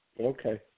Okay